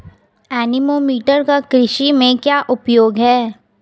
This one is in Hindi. एनीमोमीटर का कृषि में क्या उपयोग है?